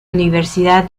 universidad